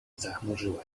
zachmurzyła